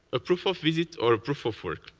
a proof of visit or a proof of work.